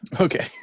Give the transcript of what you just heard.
Okay